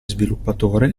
sviluppatore